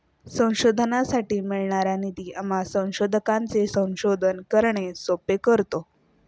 संशोधनासाठी मिळणारा निधी आम्हा संशोधकांचे संशोधन करणे सोपे करतो